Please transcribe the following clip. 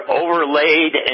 overlaid